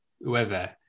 whoever